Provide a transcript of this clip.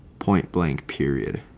point blank period.